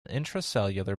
intracellular